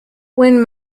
when